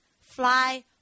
fly